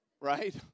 Right